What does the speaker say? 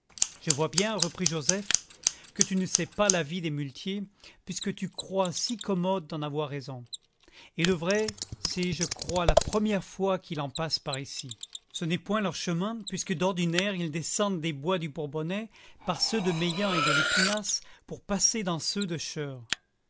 je vois bien reprit joseph que tu ne sais pas la vie des muletiers puisque tu crois si commode d'en avoir raison et de vrai c'est je crois la première fois qu'il en passe par ici ce n'est point leur chemin puisque d'ordinaire ils descendent des bois du bourbonnais par ceux de meillant et de l'épinasse pour passer dans ceux de cheurre